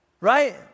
right